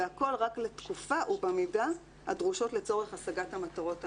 והכול רק לתקופה ובמידה הדרושות לצורך השגת המטרות האמורות'.